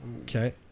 Okay